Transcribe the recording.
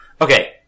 Okay